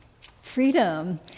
Freedom